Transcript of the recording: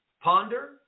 ponder